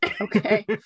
Okay